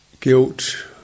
guilt